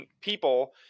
people